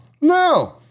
No